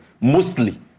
Mostly